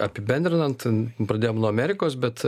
apibendrinant pradėjom nuo amerikos bet